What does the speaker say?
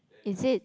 is it